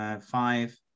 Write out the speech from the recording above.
Five